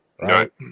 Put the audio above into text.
right